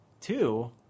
Two